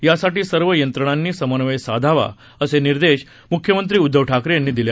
यासाठी सर्व यंत्रणांनी समन्वय साधावा असे निर्देश मुख्यमंत्री उद्घव ठाकरे यांनी दिले